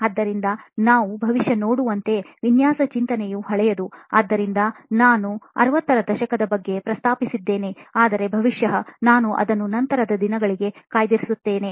ಆದ್ದರಿಂದ ನಾವು ಬಹುಶಃ ನೋಡುವಂತೆ ವಿನ್ಯಾಸ ಚಿಂತನೆಯು ಹಳೆಯದು ಆದ್ದರಿಂದ ನಾನು 60 ರ ದಶಕದ ಬಗ್ಗೆ ಪ್ರಸ್ತಾಪಿಸಿದ್ದೇನೆ ಆದರೆ ಬಹುಶಃ ನಾವು ಅದನ್ನು ನಂತರದ ದಿನಗಳಿಗೆ ಕಾಯ್ದಿರಿಸುತ್ತೇವೆ